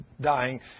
dying